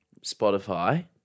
Spotify